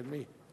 מי?